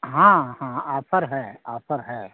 हाँ हाँ आफर है आफर है